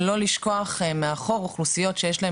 לא לשכוח מאחור אוכלוסיות שיש להן